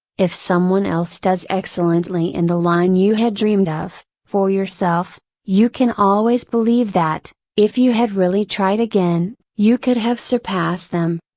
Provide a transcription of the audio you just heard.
if someone else does excellently in the line you had dreamed of, for yourself, you can always believe that, if you had really tried again, you could have surpassed them.